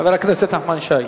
חבר הכנסת נחמן שי.